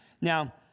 Now